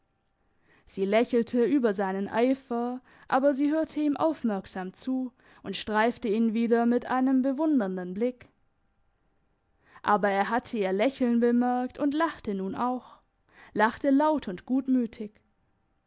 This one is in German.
sie lächelte über seinen eifer aber sie hörte ihm aufmerksam zu und streifte ihn wieder mit einem bewundernden blick aber er hatte ihr lächeln bemerkt und lachte nun auch lachte laut und gutmütig